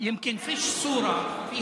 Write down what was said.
אפשר להבין מה הוא אומר?